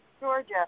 Georgia